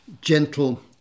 gentle